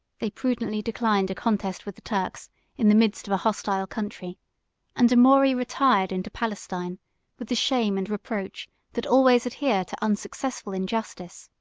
they prudently declined a contest with the turks in the midst of a hostile country and amaury retired into palestine with the shame and reproach that always adhere to unsuccessful injustice.